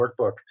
workbook